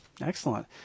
Excellent